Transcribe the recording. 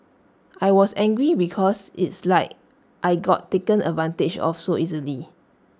I was angry because it's like I got taken advantage of so easily